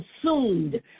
consumed